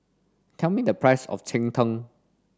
tell me the price of Cheng Tng